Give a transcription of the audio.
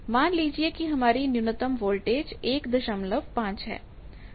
मान लीजिए कि हमारी न्यूनतम वोल्टेज 15 है